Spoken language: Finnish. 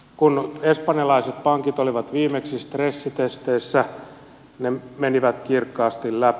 kun espanjalaiset pankit olivat viimeksi stressitesteissä ne menivät kirkkaasti läpi